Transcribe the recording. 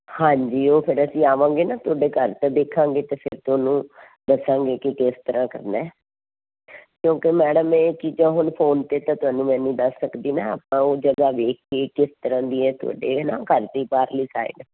ਹਾਂਜੀ ਉਹ ਫਿਰ ਅਸੀਂ ਆਵਾਂਗੇ ਨਾ ਤੁਹਾਡੇ ਘਰ ਅਤੇ ਦੇਖਾਂਗੇ ਅਤੇ ਫਿਰ ਤੁਹਾਨੂੰ ਦੱਸਾਂਗੇ ਕਿ ਕਿਸ ਤਰ੍ਹਾਂ ਕਰਨਾ ਕਿਉਂਕਿ ਮੈਡਮ ਇਹ ਚੀਜ਼ਾਂ ਹੁਣ ਫੋਨ 'ਤੇ ਤਾਂ ਤੁਹਾਨੂੰ ਮੈਂ ਨਹੀਂ ਦੱਸ ਸਕਦੀ ਨਾ ਆਪਾਂ ਉਹ ਜਗ੍ਹਾ ਵੇਖ ਕੇ ਕਿਸ ਤਰ੍ਹਾਂ ਦੀ ਹੈ ਤੁਹਾਡੇ ਹੈ ਨਾ ਘਰ ਦੀ ਬਾਹਰਲੀ ਸਾਈਡ